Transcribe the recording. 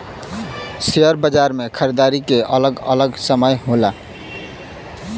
share बाजार मे खरीदारी के अलग अलग समय होला